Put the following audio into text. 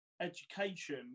education